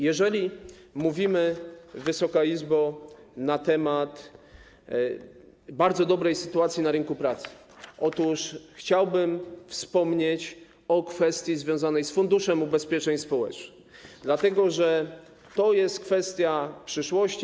Jeżeli mówimy, Wysoka Izbo, na temat bardzo dobrej sytuacji na rynku pracy, to chciałbym wspomnieć o kwestii związanej z Funduszem Ubezpieczeń Społecznych, dlatego że to jest kwestia przyszłości.